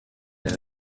and